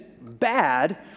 bad